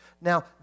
Now